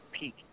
peak